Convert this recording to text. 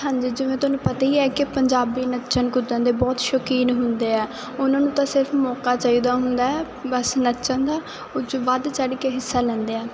ਹਾਂਜੀ ਜਿਵੇਂ ਤੁਹਾਨੂੰ ਪਤਾ ਹੀ ਹੈ ਕਿ ਪੰਜਾਬੀ ਨੱਚਣ ਕੁੱਦਣ ਦੇ ਬਹੁਤ ਸ਼ੋਕੀਨ ਹੁੰਦੇ ਆ ਉਹਨਾਂ ਨੂੰ ਤਾਂ ਸਿਰਫ ਮੌਕਾ ਚਾਹੀਦਾ ਹੁੰਦਾ ਬਸ ਨੱਚਣ ਦਾ ਉਚ ਵੱਧ ਚੜ ਕੇ ਹਿੱਸਾ ਲੈਂਦੇ ਆ